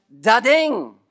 da-ding